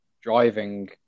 driving